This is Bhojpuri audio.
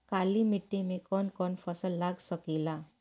काली मिट्टी मे कौन कौन फसल लाग सकेला?